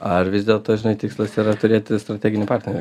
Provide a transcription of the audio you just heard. ar vis dėlto žinai tikslas yra turėti strateginį partnerį